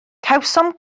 cawsom